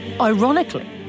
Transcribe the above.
Ironically